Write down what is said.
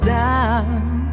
down